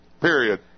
Period